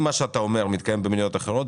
אם מה שאתה אומר מתקיים במדינות אחרות,